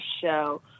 show